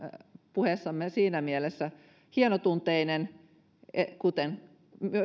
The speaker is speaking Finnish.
puheissamme siinä mielessä hienotunteisia kuten